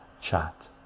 chat